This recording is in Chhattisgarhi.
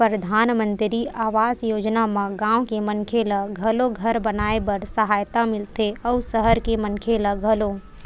परधानमंतरी आवास योजना म गाँव के मनखे ल घलो घर बनाए बर सहायता मिलथे अउ सहर के मनखे ल घलो